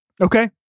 Okay